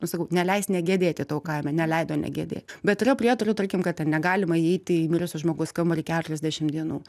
nu sakau neleist negedėti tau kaime neleido negedėti bet yra prietarų tarkim kad ten negalima įeiti į mirusio žmogaus kambarį keturiasdešimt dienų